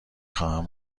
خواهم